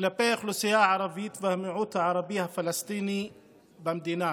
כלפי האוכלוסייה הערבית והמיעוט הערבי הפלסטיני במדינה.